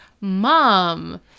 mom